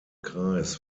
kreis